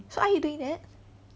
so are you doing that